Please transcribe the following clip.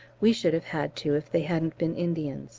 we should have had to if they hadn't been indians